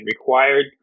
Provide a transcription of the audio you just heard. required